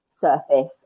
surface